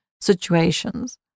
situations